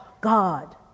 God